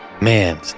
Man